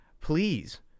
Please